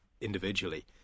individually